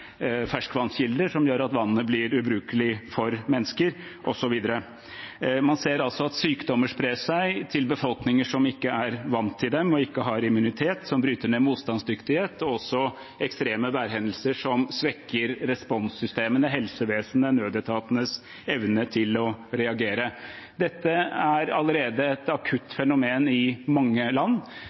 ferskvannskilder så vannet blir ubrukelig for mennesker, osv. Man ser altså at sykdommer sprer seg til befolkninger som ikke er vant til dem og ikke har immunitet, motstandsdyktighet brytes ned, og at ekstreme værhendelser svekker responssystemenes, helsevesenet og nødetatenes, evne til å reagere. Dette er allerede et akutt fenomen i mange land.